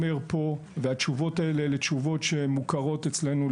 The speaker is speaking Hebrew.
התשובות האלה הן תשובות שמוכרות אצלנו,